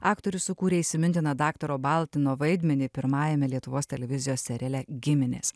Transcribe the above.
aktorius sukūrė įsimintiną daktaro baltino vaidmenį pirmajame lietuvos televizijos seriale giminės